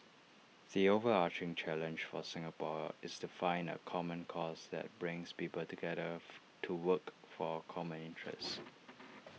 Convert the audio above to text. the overarching challenge for Singapore is to find A common cause that brings people together to work for common interests